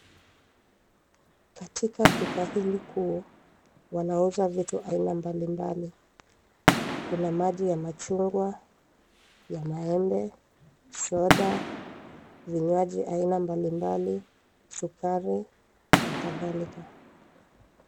Katika duka hili kuu wanauza vitu aina mbali mbali. Kuna maji ya machungwa ya maembe, soda, vinywaji aina mbali mbali, sukari na kadhalika.